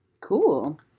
Cool